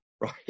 right